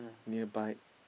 nearby